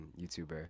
YouTuber